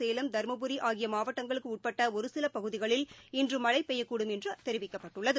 சேலம் தர்மபுரி ஆகியமாவட்டங்களுக்குஉட்பட்டஒருசிலபகுதிகளில் இன்றுமழைபெய்யக்கூடும் என்றுதெரிவிக்கப்பட்டுள்ளது